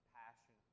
passion